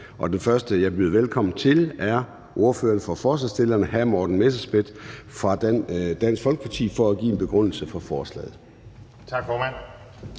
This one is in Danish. Den første, jeg byder velkommen til, er ordføreren for forslagsstillerne, hr. Morten Messerschmidt fra Dansk Folkeparti, som vil give en begrundelse for forslaget.